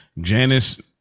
Janice